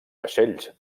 vaixells